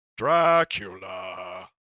dracula